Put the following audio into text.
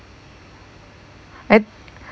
I